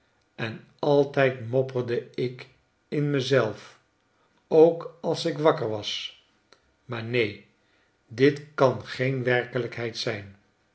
en altijd mopperde ik in me zelf ook als ik wakker was maar neen dit kan geen werkelijkheid zijn